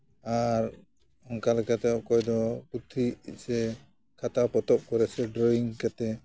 ᱟᱨ ᱚᱝᱠᱟᱞᱮᱠᱟᱛᱮ ᱚᱠᱚᱭ ᱫᱚ ᱯᱩᱛᱷᱤ ᱥᱮ ᱠᱷᱟᱛᱟ ᱯᱚᱛᱚ ᱠᱚ ᱥᱮ ᱰᱨᱚᱭᱤᱝ ᱠᱟᱛᱮ